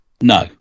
No